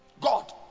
God